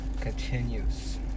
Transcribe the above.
continues